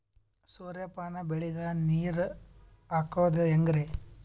ಸೂರ್ಯಪಾನ ಬೆಳಿಗ ನೀರ್ ಹಾಕೋದ ಹೆಂಗರಿ?